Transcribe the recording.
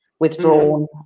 withdrawn